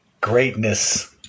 greatness